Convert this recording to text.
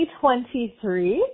2023